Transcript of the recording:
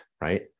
right